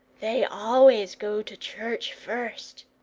they always go to church first.